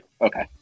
okay